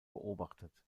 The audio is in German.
beobachtet